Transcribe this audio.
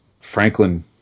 franklin